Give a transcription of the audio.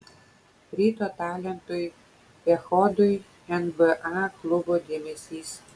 ryto talentui echodui nba klubo dėmesys